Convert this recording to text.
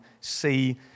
see